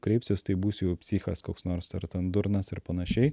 kreipsiuos tai būsiu jau psichas koks nors ar ten durnas ir panašiai